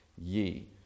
ye